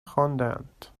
خواندند